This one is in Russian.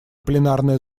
пленарное